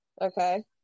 Okay